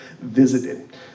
visited